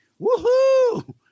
Woohoo